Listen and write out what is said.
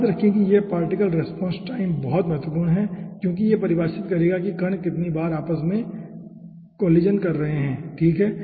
याद रखें कि यह पार्टिकल रेस्पॉन्स टाइम बहुत महत्वपूर्ण है क्योंकि यह परिभाषित करेगा कि कण कितनी बार आपस में टकरा रहे हैं ठीक है